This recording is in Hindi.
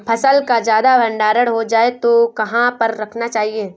फसल का ज्यादा भंडारण हो जाए तो कहाँ पर रखना चाहिए?